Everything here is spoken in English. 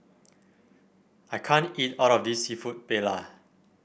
I can't eat all of this seafood Paella